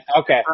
Okay